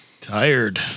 Tired